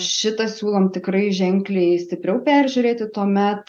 šitą siūlom tikrai ženkliai stipriau peržiūrėti tuomet